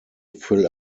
fill